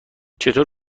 چطور